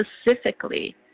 specifically